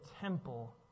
temple